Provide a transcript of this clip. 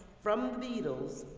from the beatles,